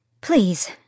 Please